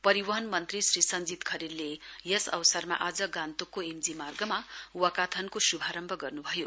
परिवहन मन्त्री श्री सञ्जित खरेलले आज गान्तोकको एमजी मार्गमा वकाथनको शुभारम्भ गर्न्भयो